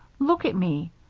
look at me!